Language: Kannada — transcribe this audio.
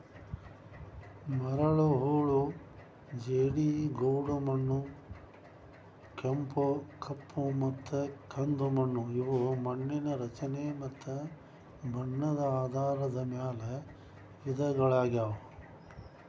ಮರಳು, ಹೂಳು ಜೇಡಿ, ಗೋಡುಮಣ್ಣು, ಕೆಂಪು, ಕಪ್ಪುಮತ್ತ ಕಂದುಮಣ್ಣು ಇವು ಮಣ್ಣಿನ ರಚನೆ ಮತ್ತ ಬಣ್ಣದ ಆಧಾರದ ಮ್ಯಾಲ್ ವಿಧಗಳಗ್ಯಾವು